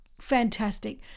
fantastic